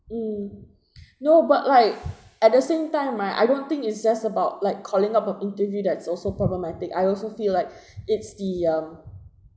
mm no but like at the same time right I don't think it's just about like calling up for interview that's also problematic I also feel like it's the um